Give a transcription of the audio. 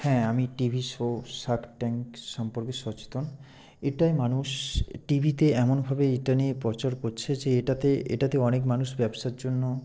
হ্যাঁ আমি TV show Shark Tank সম্পর্কে সচেতন এটাই মানুষ টিভিতে এমনভাবে এটা নিয়ে প্রচার করছে যে এটাতে এটাতে অনেক মানুষ ব্যবসার জন্য